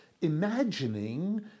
imagining